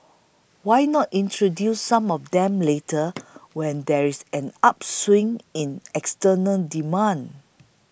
why not introduce some of them later when there is an upswing in external demand